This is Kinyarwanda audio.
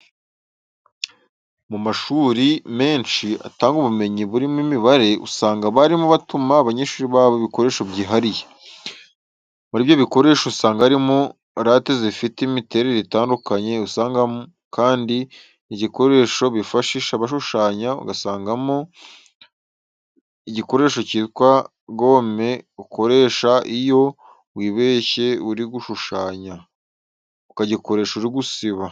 Mu mashuri menshi atanga ubumenyi burimo imibare, usanga abarimu batuma abanyeshuri babo ibikoresho byihariye. Muri ibyo bikoresho usanga harimo late zifite imiterere itandukanye, usangamo kandi igikoresho bifashisha bashushanya, ugasangamo igikoresho cyitwa gome ukoresha iyo wibeshye uri gushushanya, ukagikoresha uri gusiba.